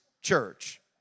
Church